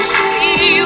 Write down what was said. see